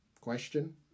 Question